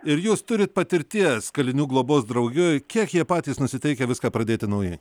ir jūs turit patirties kalinių globos draugijoj kiek jie patys nusiteikę viską pradėti naujai